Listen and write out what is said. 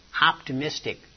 optimistic